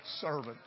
servant